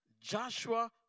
Joshua